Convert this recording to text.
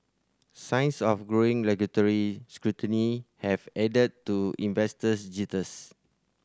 signs of growing regulatory scrutiny have added to investors jitters